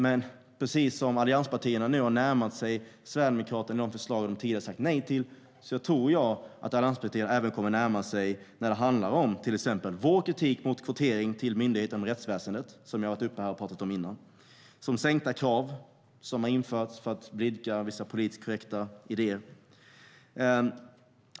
Men precis som allianspartierna har närmat sig Sverigedemokraterna i de förslag som de tidigare har sagt nej till tror jag att de även kommer att närma sig oss när det gäller kritiken mot kvotering till myndigheter inom rättsväsendet, vilket jag talat om innan, och de sänkta krav som har införts för att blidka vissa politiskt korrekta idéer.